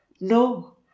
No